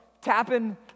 tapping